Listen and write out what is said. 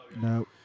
No